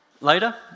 Later